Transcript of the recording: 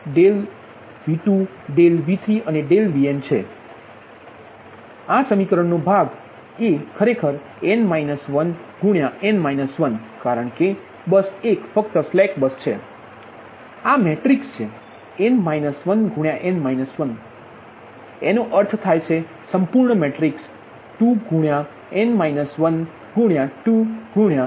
તેથી આ 2 3 nઅને V2 V3 Vn છે તેથી આ સમીકરણનો ભાગ એ ખરેખર આ સમીકરણ છે કારણ કે બસ 1 ફક્ત સ્લેક બસ છે આ મેટ્રિક્સ છે અને આ પણ છે જેનો અર્થ થાય છે સંપૂર્ણ મેટ્રિક્સ 2 2 નો છે